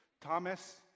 Thomas